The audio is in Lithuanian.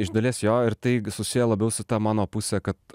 iš dalies jo ir tai susiję labiau su ta mano puse kad